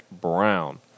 Brown